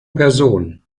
person